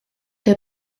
der